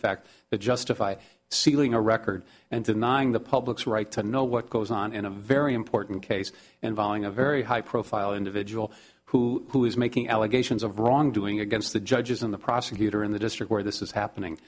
fact that justify sealing a record and denying the public's right to know what goes on in a very important case involving a very high profile individual who who is making allegations of wrongdoing against the judges and the prosecutor in the district where this is happening